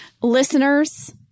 Listeners